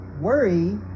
worry